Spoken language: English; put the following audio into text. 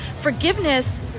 Forgiveness